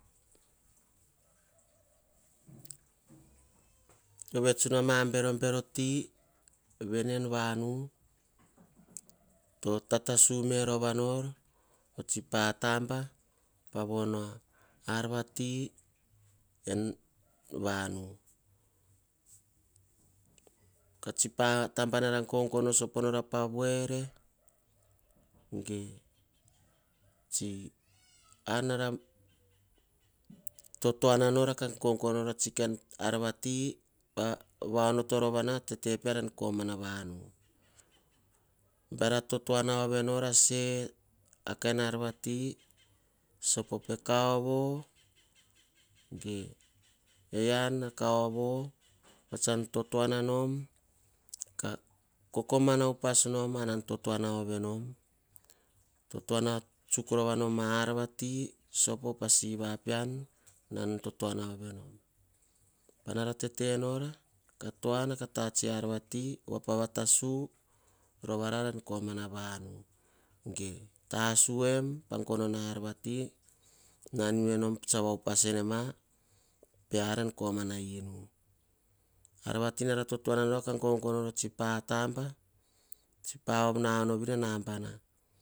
Vets mu ama berobeero ti en vanu tatasu me rova nor otsi pataba. Pa von atavi en vanu ko tsi patabana nara gogono sopo nora pa voere, ge ar nara totoananor ka gogonora pa voere ge ar nara totoananor ka gogonora moni. Pava onoto rovana tete piara en vanu. Bare a totoana ovenora ar vati sopo pekaovo ge ean ve kaovo. Pa tsa totoana nom. Kakokomana upas nom anan totoana ovenom. Totoana tsuk rova nom ar vati sopo pa siva pean. nan totoana ove nom. Totoana tsuk rova nom ar vati sopo pa siva pean. Nan totoana ovenom, panara tetenora ka tuana ka ta tsiar vati pa vatasu vovarara en vanu ge tasuem pa gono nau a arvati nan u enom tsa va upasene ma. Pear enu vei nara totoana nora ka gogono nora o pataba.